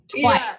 Twice